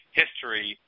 history